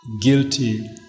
guilty